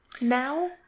now